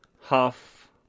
half